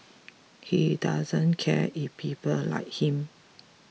he doesn't care if people like him